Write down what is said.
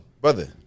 brother